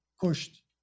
pushed